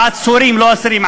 לא האסירים,